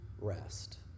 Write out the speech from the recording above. Rest